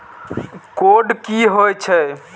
Code की होय छै?